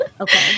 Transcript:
Okay